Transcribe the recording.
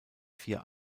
vier